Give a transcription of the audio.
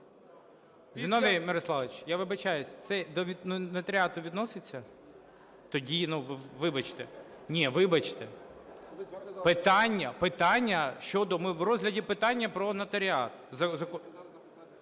Зіновій Мирославович, я вибачаюсь. Це до нотаріату відноситься? Тоді, ну, вибачте. Ні, вибачте. Питання щодо, ми в розгляді питання про нотаріат.